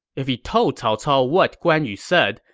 if he told cao cao what guan yu said,